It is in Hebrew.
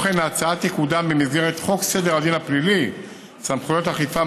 ההצעה תקודם במסגרת חוק סדר הדין הפלילי (סמכויות אכיפה,